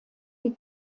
die